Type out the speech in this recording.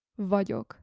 vagyok